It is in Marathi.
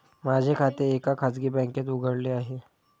माझे खाते एका खाजगी बँकेत उघडले आहे